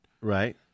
Right